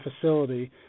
facility